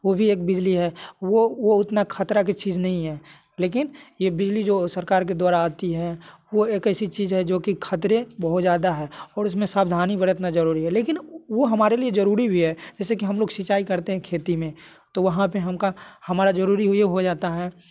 वो भी एक बिजली है वो वो उतना खतरा की चीज नहीं है लेकिन ये बिजली जो सरकार के द्वारा आती है वो एक ऐसी चीज है जो कि खतरे बहुत ज़्यादा है और उसमें सावधानी बरतना जरूरी है लेकिन वो हमारे लिए जरूरी भी है जैसे कि हम लोग सिंचाई करते हैं खेती में तो वहाँ पर हम का हमारा जरूरी हुए हो जाता है